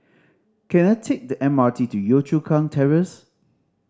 can I take the M R T to Yio Chu Kang Terrace